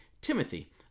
Timothy